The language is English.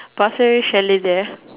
Pasir-Ris chalet there